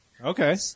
Okay